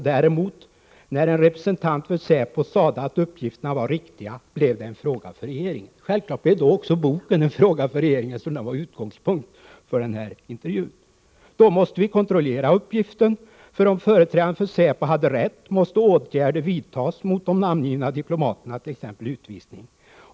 Däremot: när en representant för SÄPO sade att uppgifterna var riktiga, blev det en fråga för regeringen.” Självfallet blev då också boken, eftersom den var utgångspunkten för den här intervjun, en fråga för regeringen. Statsministern sade vidare: ”Då måste vi kontrollera uppgiften, för om företrädaren för SÄPO hade rätt måste åtgärder vidtas mot de 18 namngivna diplomaterna, t.ex. utvisning.